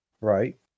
Right